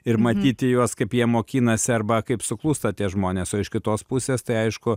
ir matyti juos kaip jie mokinasi arba kaip suklūsta tie žmonės o iš kitos pusės tai aišku